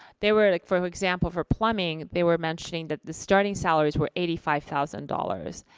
they were like, for example for plumbing they were mentioning that the starting salaries were eighty five thousand dollars.